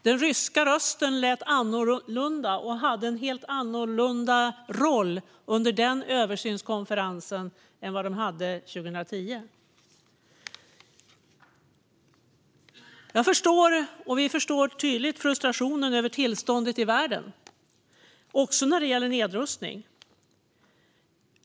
Den ryska rösten lät annorlunda och hade en helt annorlunda roll under den översynskonferensen än under konferensen 2010. Vi förstår tydligt frustrationen över tillståndet i världen, också när det gäller nedrustning.